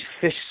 fish